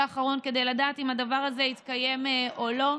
האחרון כדי לדעת אם הדבר הזה יתקיים או לא.